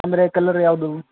ಅಂದರೆ ಕಲ್ಲರ್ ಯಾವುದು